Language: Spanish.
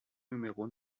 número